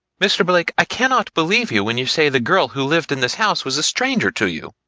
mr. blake i cannot believe you when you say the girl who lived in this house was a stranger to you.